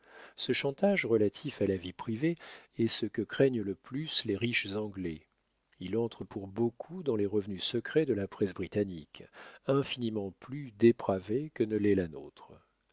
ce chantage relatif à la vie privée est ce que craignent le plus les riches anglais il entre pour beaucoup dans les revenus secrets de la presse